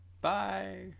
Bye